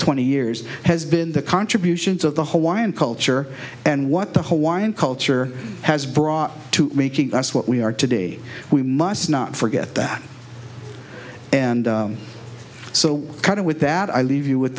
twenty years has been the contributions of the hawaiian culture and what the hawaiian culture has brought to making us what we are today we must not forget that and so do with that i leave you with